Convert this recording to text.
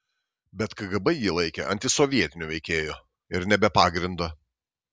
bet kgb jį laikė antisovietiniu veikėju ir ne be pagrindo